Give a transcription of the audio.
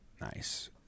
Nice